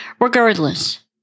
regardless